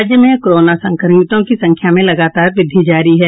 राज्य में कोरोना संक्रमितों की संख्या में लगातार वृद्धि जारी है